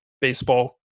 baseball